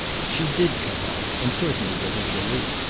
she did come out, and certainly to his relief,